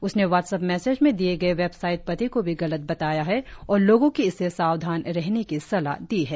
उसने WhatsApp message में दिये गये वेबसाइट पते को भी गलत बताया है और लोगों की इससे सावधान रहने की सलाह दी है